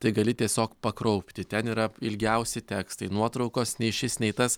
tai gali tiesiog pakraupti ten yra ilgiausi tekstai nuotraukos nei šis nei tas